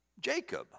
Jacob